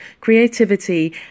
creativity